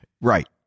right